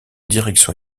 direction